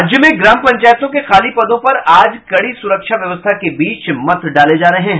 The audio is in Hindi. राज्य में ग्राम पंचायतों के खाली पदों पर आज कड़ी सुरक्षा व्यवस्था के बीच मत डाले जा रहे हैं